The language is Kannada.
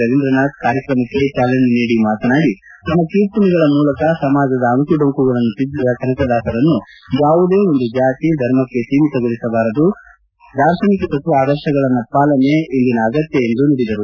ರವೀಂದ್ರನಾಥ್ ಕಾರ್ಯಕ್ರಮಕ್ಕೆ ಚಾಲನೆ ನೀಡಿ ಮಾತನಾಡಿ ತಮ್ಮ ಕೀರ್ತನೆಗಳ ಮೂಲಕ ಸಮಾಜದ ಅಂಕು ಡೊಂಕುಗಳನ್ನು ತಿದ್ದಿದ ಕನಕದಾಸರನ್ನು ಯಾವುದೇ ಒಂದು ಜಾತಿ ಧರ್ಮಕ್ಕೆ ಸಿಮೀತಗೊಳಿಸಬಾರದು ದಾರ್ಶನಿಕ ತತ್ವ ಆದರ್ಶಗಳ ಪಾಲನೆ ಇಂದಿನ ಅಗತ್ಯ ಎಂದು ನುಡಿದರು